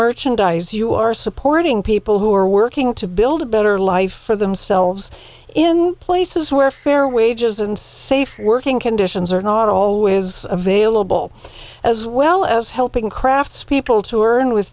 merchandise you are supporting people who are working to build a better life for themselves in places where fair wages and safe working conditions are not always available as well as helping craftspeople to earn with